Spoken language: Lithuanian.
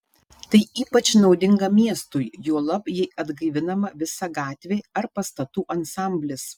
tai ypač naudinga miestui juolab jei atgaivinama visa gatvė ar pastatų ansamblis